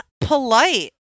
polite